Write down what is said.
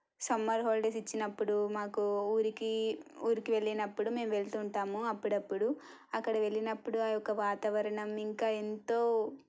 summer holidays ఇచ్చినప్పుడు మాకు ఊరికి ఊరికి వెళ్ళినప్పుడు మేము వెళ్తూ ఉంటాము అప్పుడప్పుడు అక్కడికి వెళ్ళినప్పుడు ఆ యొక్క వాతావరణం ఇంకా ఎంతో